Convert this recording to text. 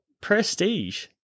Prestige